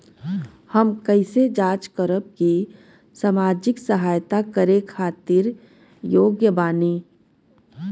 हम कइसे जांच करब की सामाजिक सहायता करे खातिर योग्य बानी?